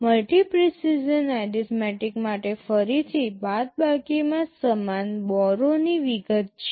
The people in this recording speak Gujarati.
મલ્ટિ પ્રીસિઝન એરિથમેટીક માટે ફરીથી બાદબાકીમાં સમાન બોરો ની વિગત છે